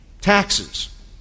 taxes